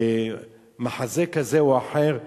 ומחזה כזה או אחר,